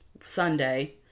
Sunday